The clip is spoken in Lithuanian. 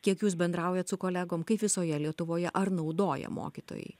kiek jūs bendraujat su kolegom kaip visoje lietuvoje ar naudoja mokytojai